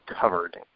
covered